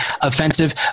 offensive